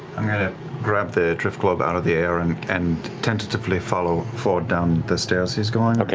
i'm going to grab the driftglobe out of the air and and tentatively follow fjord down the stairs he's going.